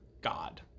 God